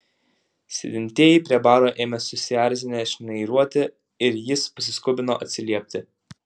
sėdintieji prie baro ėmė susierzinę šnairuoti ir jis pasiskubino atsiliepti